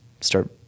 start